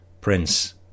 Prince